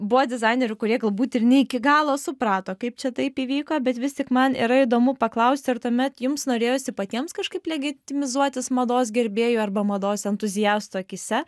buvo dizainerių kurie galbūt ir ne iki galo suprato kaip čia taip įvyko bet vis tik man yra įdomu paklausti ar tuomet jums norėjosi patiems kažkaip legitimizuotis mados gerbėjų arba mados entuziastų akyse